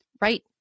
right